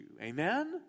Amen